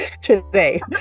today